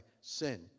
sin